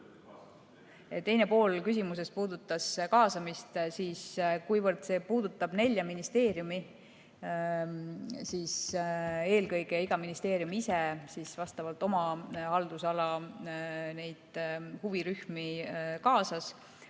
Teine pool küsimusest puudutas kaasamist. Kuivõrd see puudutab nelja ministeeriumi, siis eelkõige iga ministeerium ise oma haldusala huvirühmi kaasas.